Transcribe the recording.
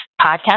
podcast